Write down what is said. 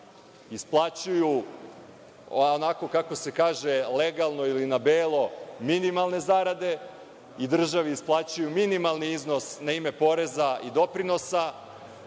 isplaćuju onako kako se kaže legalno ili na belo minimalne zarade i državi isplaćuju minimalni iznos na ime poreza i doprinosa,